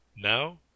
Now